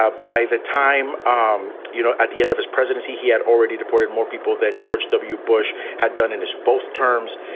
ah by the time, um you know, at the end of his presidency, he had already deported more people than george w. bush had done in both terms.